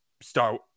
star